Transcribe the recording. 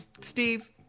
Steve